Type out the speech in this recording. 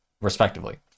respectively